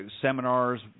seminars